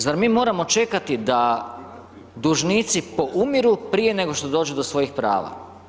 Zar mi moramo čekati da dužnici poumiru prije nego što dođu do svojih prava?